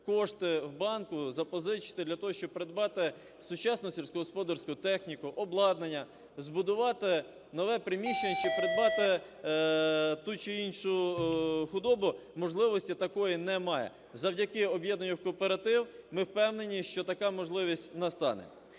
кошти в банку, запозичити для того, щоб придбати сучасну сільськогосподарську техніку, обладнання, збудувати нове приміщення чи придбати ту чи іншу худобу, можливості такої немає. Завдяки об'єднанню в кооператив, ми впевнені, що така можливість настане.